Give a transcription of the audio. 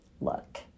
look